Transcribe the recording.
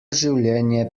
življenje